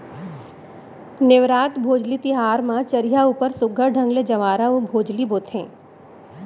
नेवरात, भोजली तिहार म चरिहा ऊपर सुग्घर ढंग ले जंवारा अउ भोजली बोथें